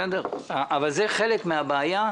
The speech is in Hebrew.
אבל זה חלק מן הבעיה,